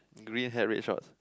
green hat red shorts